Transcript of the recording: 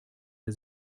der